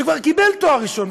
שכבר קיבל תואר ראשון,